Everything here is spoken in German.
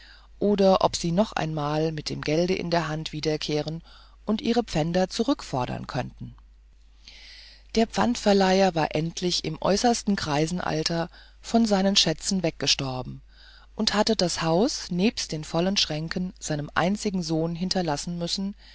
oder ob sie noch einmal mit dem geld in der hand wiederkehren und ihre pfänder zurückfordern könnten der pfandverleiher war endlich im äußersten greisenalter von seinen schätzen weggestorben und hatte das haus nebst den vollen schränken seinem einzigen sohn hinterlassen müssen